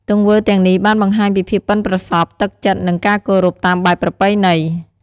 ទង្វើទាំងនេះបានបង្ហាញពីភាពប៉ិនប្រសប់ ទឹកចិត្ត និងការគោរពតាមបែបប្រពៃណី។